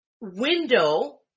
window